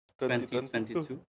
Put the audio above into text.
2022